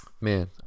Man